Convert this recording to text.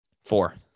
four